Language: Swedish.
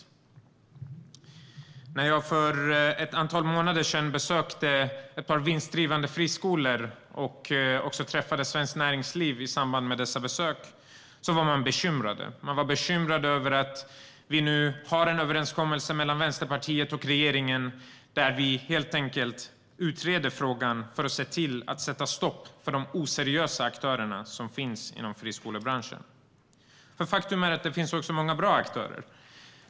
När jag för ett antal månader sedan besökte ett par vinstdrivande friskolor och också träffade Svenskt Näringsliv i samband med dessa besök var man bekymrad. Man var bekymrad över att vi nu har en överenskommelse mellan Vänsterpartiet och regeringen där vi utreder denna fråga för att sätta stopp för de oseriösa aktörer som finns i friskolebranschen. Men faktum är att det också finns många bra aktörer.